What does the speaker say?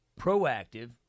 proactive